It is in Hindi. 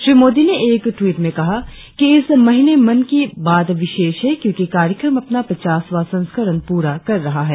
श्री मोदी ने एक टवीट में कहा कि इस महीने मन की बात विशेष है क्योंकि कार्यक्रम अपना पचासवां संस्करण प्ररा कर रहा है